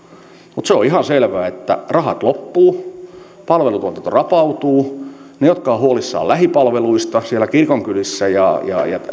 mutta se on ihan selvää että rahat loppuvat palveluntuotanto rapautuu ne jotka ovat huolissaan lähipalveluista siellä kirkonkylässä ja